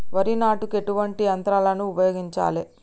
వరి నాటుకు ఎటువంటి యంత్రాలను ఉపయోగించాలే?